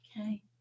Okay